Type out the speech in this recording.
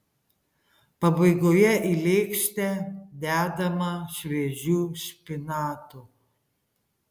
pabaigoje į lėkštę dedama šviežių špinatų